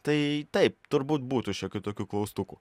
tai taip turbūt būtų šiokių tokių klaustukų